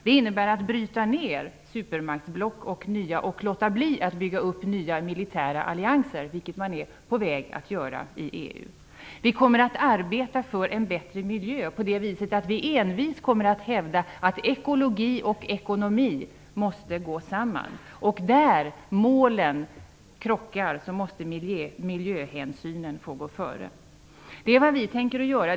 Det innebär att vi vill bryta ner supermaktsblock och låta bli att bygga upp nya militära allianser, vilket man är på väg att göra i Vi kommer att arbeta för en bättre miljö genom att envist hävda att ekologi och ekonomi måste gå samman. När målen krockar måste miljöhänsynen få gå före. Det är vad vi tänker göra.